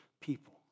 people